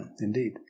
indeed